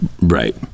Right